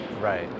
Right